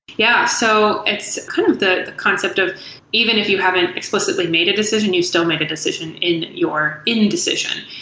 yeah. so it's kind of the concept of even if you haven't explicitly made a decision, you still make a decision in your in-decision.